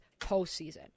postseason